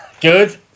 Good